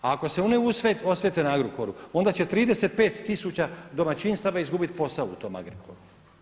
A ako se oni osvete na Agrokoru onda će 35 tisuća domaćinstava izgubiti posao u tom Agrokoru.